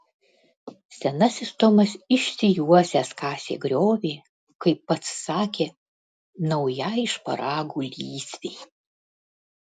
senasis tomas išsijuosęs kasė griovį kaip pats sakė naujai šparagų lysvei